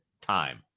time